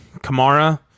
Kamara